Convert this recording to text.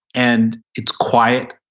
and it's quiet,